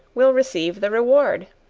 will receive the reward.